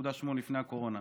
3.8% לפני הקורונה,